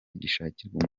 gishakirwe